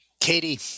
Katie